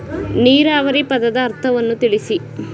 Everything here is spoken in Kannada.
ನೀರಾವರಿ ಪದದ ಅರ್ಥವನ್ನು ತಿಳಿಸಿ?